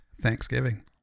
Thanksgiving